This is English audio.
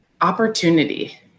opportunity